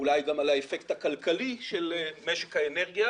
אולי גם על האפקט הכלכלי של משק האנרגיה